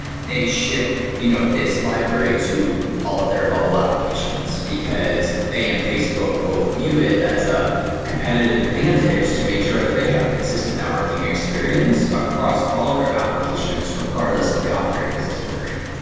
they ship you know this library to all of their mobile applications, because they and facebook both view it as a competitive advantage to make sure that they have a consistent networking experience across all of their applications regardless of the operating system version